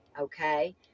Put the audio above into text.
okay